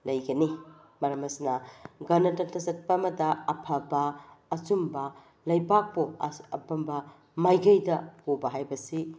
ꯂꯩꯒꯅꯤ ꯃꯔꯝ ꯑꯁꯤꯅ ꯒꯅꯇꯟꯇ꯭ꯔ ꯆꯠꯄ ꯑꯃꯗ ꯑꯐꯕ ꯑꯆꯨꯝꯕ ꯂꯩꯕꯥꯛꯄꯨ ꯑꯄꯨꯟꯕ ꯃꯥꯏꯀꯩꯗ ꯄꯨꯕ ꯍꯥꯏꯕꯁꯤ